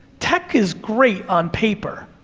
tech is great on paper.